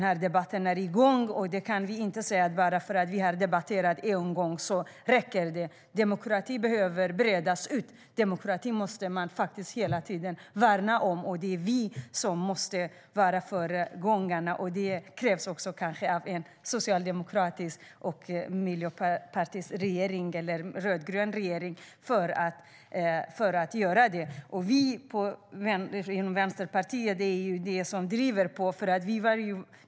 Vi kan inte säga att det räcker bara för att vi har debatterat en gång. Vi i Vänsterpartiet är de som driver på.